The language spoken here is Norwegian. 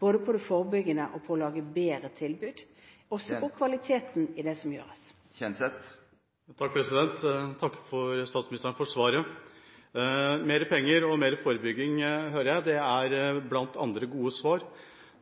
både når det gjelder det forebyggende arbeidet og på å lage bedre tilbud, og også på kvaliteten på det som gjøres. Jeg takker statsministeren for svaret. Mer penger og mer forebygging, hører jeg, er blant andre gode svar.